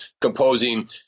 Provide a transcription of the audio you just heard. composing